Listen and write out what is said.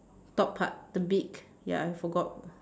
top part the beak ya I forgot